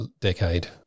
decade